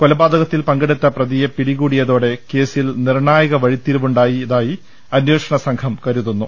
കൊലപാതകത്തിൽപങ്കെ ടുത്ത പ്രതിയെ പിടികൂടിയതോടെ കേസിൽ നിർണ്ണായക വഴിത്തിരിവുണ്ടാ യതായി അന്വേഷണസംഘം കരുതുന്നു